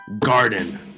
garden